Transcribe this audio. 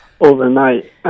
overnight